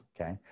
okay